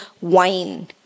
wine